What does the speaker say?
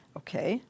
okay